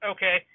Okay